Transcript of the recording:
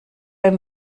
ihm